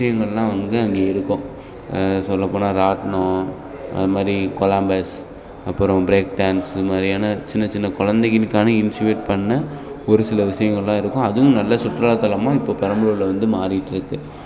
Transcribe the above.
விஷயங்கள்லாம் வந்து அங்கே இருக்கும் சொல்லப்போனால் ராட்டினோம் அது மாதிரி கொலாம்பஸ் அப்புறம் ப்ரேக் டான்ஸ் இது மாதிரியான சின்னச் சின்ன கொழந்தைகளுக்கான இன்ஸுவேட் பண்ண ஒரு சில விஷயங்கள்லாம் இருக்கும் அதுவும் நல்ல சுற்றுலாத்தலமாக இப்போ பெரம்பலூரில் வந்து மாறிகிட்ருக்கு